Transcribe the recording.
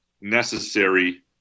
necessary